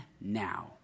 now